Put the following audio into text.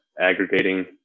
aggregating